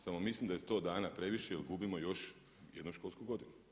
Samo mislim da je 100 dana previše, jer gubimo još jednu školsku godinu.